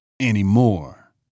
anymore